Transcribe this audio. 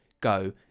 go